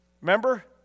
Remember